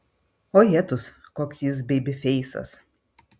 o jetus koks jis beibifeisas